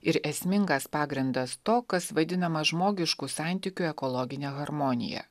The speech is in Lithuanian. ir esmingas pagrindas to kas vaidinama žmogiškų santykių ekologine harmonija